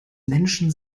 menschen